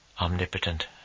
Omnipotent